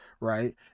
right